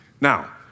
Now